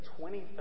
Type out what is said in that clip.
23rd